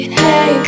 hey